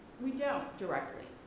we don't directly,